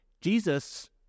Jesus